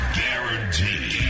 guaranteed